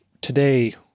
Today